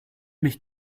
mich